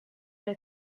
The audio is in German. der